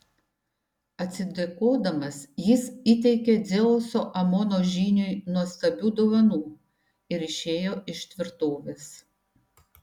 atsidėkodamas jis įteikė dzeuso amono žyniui nuostabių dovanų ir išėjo iš tvirtovės